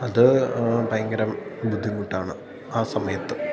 അത് ഭയങ്കരം ബുദ്ധിമുട്ടാണ് ആ സമയത്ത്